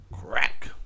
Crack